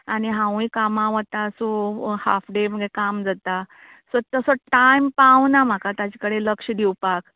आनी हांवूय कामां वतां सो हाफ डे म्हगेलें काम जाता तसो तसो टायम पावना म्हाका ताजे कडेन लक्ष दिवपाक